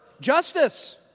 justice